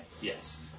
Yes